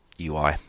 UI